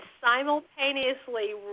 simultaneously